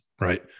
right